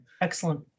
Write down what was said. excellent